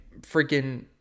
freaking